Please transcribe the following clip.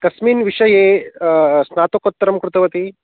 कस्मिन् विषये स्नातकोत्तरं कृतवती